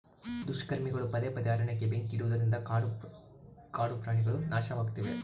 ದುಷ್ಕರ್ಮಿಗಳು ಪದೇ ಪದೇ ಅರಣ್ಯಕ್ಕೆ ಬೆಂಕಿ ಇಡುವುದರಿಂದ ಕಾಡು ಕಾಡುಪ್ರಾಣಿಗುಳು ನಾಶವಾಗ್ತಿವೆ